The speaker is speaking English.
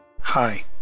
Hi